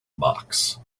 box